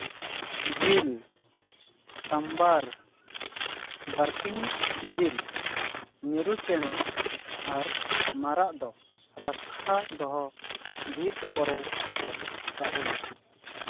ᱡᱤᱞ ᱥᱚᱢᱵᱚᱨ ᱵᱟᱨᱠᱤᱝ ᱡᱤᱞ ᱢᱤᱨᱩ ᱪᱮᱬᱮ ᱟᱨ ᱢᱟᱨᱟᱜ ᱫᱚ ᱨᱟᱠᱷᱟ ᱫᱚᱦᱚ ᱵᱤᱨ ᱠᱚᱨᱮ ᱠᱚ ᱛᱟᱦᱮᱱᱟ